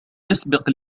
يسبق